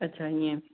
अच्छा ईअं